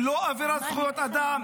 היא לא אבירת זכויות אדם,